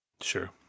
Sure